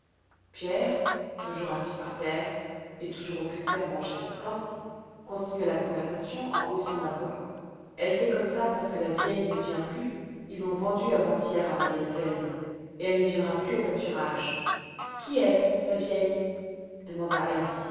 pierre toujours assis par terre et toujours occupé à manger son pain continua la conversation en haussant la voix elle fait comme ça parce que la vieille ne vient plus ils l'ont vendue avant-hier à mayenfeld et elle ne viendra plus au pâturage qui est-ce la vieille demanda heidi